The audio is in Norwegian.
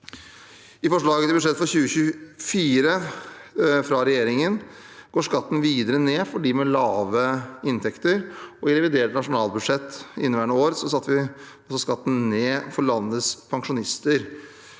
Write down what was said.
I forslaget til budsjett for 2024 fra regjeringen går skatten videre ned for dem med lavere inntekter. I revidert nasjonalbudsjett inneværende år satte vi også skatten ned for landets pensjonister.